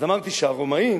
אז אמרתי שהרומאים,